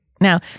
Now